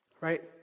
Right